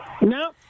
No